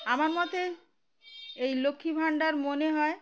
আমার মতে এই লক্ষ্মী ভাণ্ডার মনে হয়